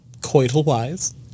coital-wise